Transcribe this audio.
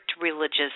religious